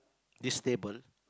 this table